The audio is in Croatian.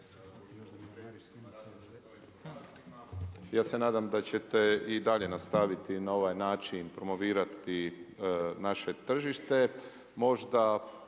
ja se nadam da ćete i dalje nastaviti na ovaj način promovirati naše tržište. Možda,